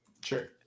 Sure